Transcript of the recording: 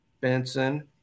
Benson